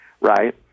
right